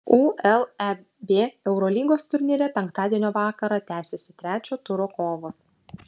uleb eurolygos turnyre penktadienio vakarą tęsiasi trečio turo kovos